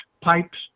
pipes